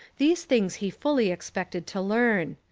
these things he fully expected to learn.